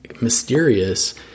mysterious